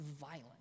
violent